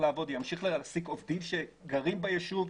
לעבוד ואמשיך להעסיק עובדים שגרים בישוב.